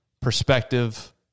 perspective